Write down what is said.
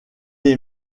est